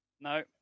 No